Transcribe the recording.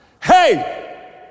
hey